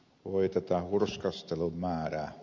voi tätä hurskastelun määrää